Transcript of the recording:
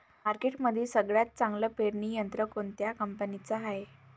मार्केटमंदी सगळ्यात चांगलं पेरणी यंत्र कोनत्या कंपनीचं हाये?